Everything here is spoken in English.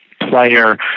Player